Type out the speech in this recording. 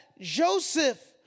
Joseph